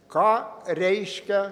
ką reiškia